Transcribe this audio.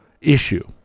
issue